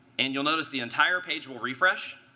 and you'll notice the entire page will refresh.